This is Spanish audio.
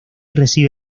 recibe